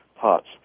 parts